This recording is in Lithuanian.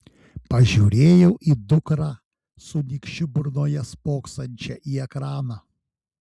pažiūrėjau į dukrą su nykščiu burnoje spoksančią į ekraną